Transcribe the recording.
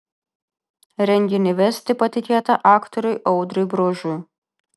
renginį vesti patikėta aktoriui audriui bružui